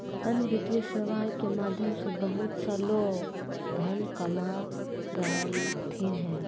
अन्य वित्तीय सेवाएं के माध्यम से बहुत सा लोग धन कमा रहलथिन हें